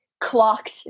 clocked